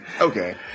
okay